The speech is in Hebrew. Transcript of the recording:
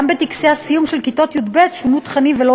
גם בטקסי הסיום של כיתות י"ב שונו תכנים ולא